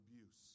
abuse